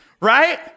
Right